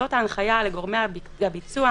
זאת ההנחיה לגורמי הביצוע,